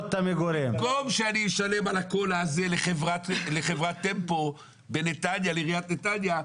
במקום שאני אשלם על הסודה הזאת של חברת טמפו לעיריית נתניה,